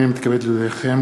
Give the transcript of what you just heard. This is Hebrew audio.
הנני מתכבד להודיעכם,